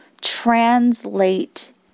translate